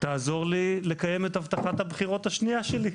תעזור לי לקיים את הבטחת הבחירות השנייה שלי.